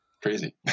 crazy